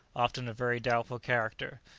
often of very doubtful character,